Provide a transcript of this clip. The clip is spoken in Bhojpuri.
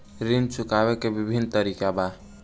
ऋण चुकावे के विभिन्न तरीका का बा?